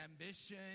ambition